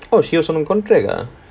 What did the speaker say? oh she was on contract ah